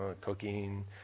cooking